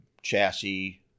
chassis